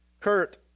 Kurt